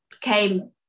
came